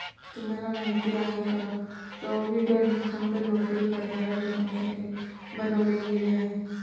तुम्हाला माहिती आहे का? प्रॉव्हिडंट फंड नोकरी करणाऱ्या लोकांसाठी बनवले गेले आहे